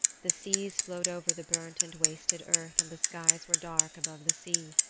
the seas flowed over the burnt and wasted earth and the skies were dark above the sea,